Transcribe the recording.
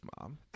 Mom